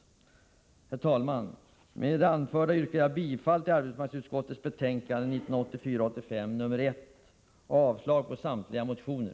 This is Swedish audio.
Herr talman! Med det anförda yrkar jag bifall till arbetsmarknadsutskottets hemställan i betänkande 1 och avslag på samtliga motioner.